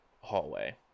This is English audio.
hallway